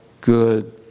good